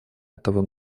этого